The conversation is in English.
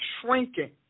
shrinking